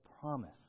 promise